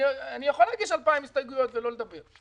אני יכול להגיש 2,000 הסתייגויות ולא לדבר.